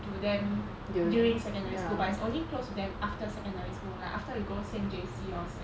to them during secondary school but it's only close to them after secondary school like after we go same J_C or sa~